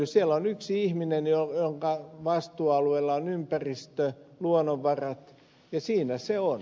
siellä on yksi ihminen jonka vastuualueella on ympäristö luonnonvarat ja siinä se on